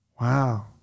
Wow